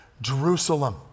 Jerusalem